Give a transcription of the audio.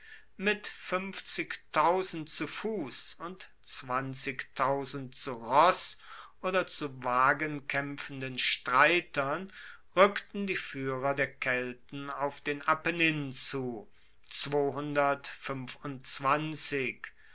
mit zu fuss und zu ross oder zu wagen kaempfenden streitern rueckten die fuehrer der kelten auf den apennin zu